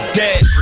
dead